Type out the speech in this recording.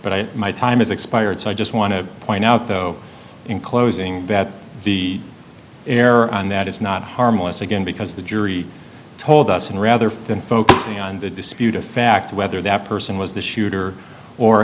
but my time is expired so i just want to point out though in closing that the air on that is not harmless again because the jury told us and rather than focusing on the dispute a fact whether that person was the shooter or